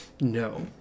No